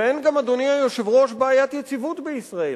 אין גם, אדוני היושב-ראש, בעיית יציבות בישראל.